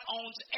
owns